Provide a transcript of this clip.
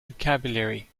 vocabulary